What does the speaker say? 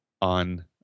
on